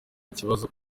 bibazo